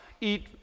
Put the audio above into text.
eat